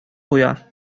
куя